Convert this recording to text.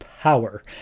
Power